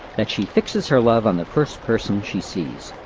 that she fixes her love on the first person she sees.